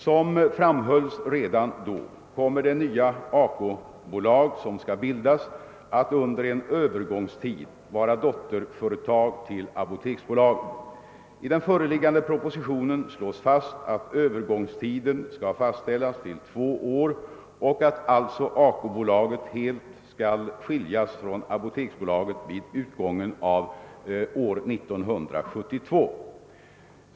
Som framhölls redan då kommer det nya ACO-bolag som skall bildas att under en övergångstid vara dotterföretag till apoteksbolaget. I den föreliggande propositionen slås fast att övergångstiden skall fastställas till två år och att alltså ACO-bolaget helt skall skiljas från apoteksbolaget vid utgången av år 1972.